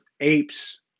apes